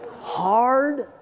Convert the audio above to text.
Hard